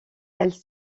elles